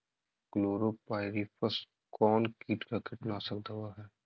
Chlorpyrifos कौन किट का कीटनाशक दवा है?